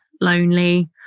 lonely